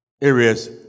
areas